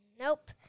Nope